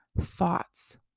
thoughts